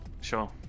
Sure